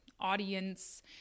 audience